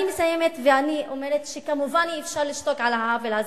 אני מסיימת ואומרת שכמובן אי-אפשר לשתוק על העוול הזה,